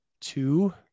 two